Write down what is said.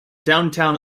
downtown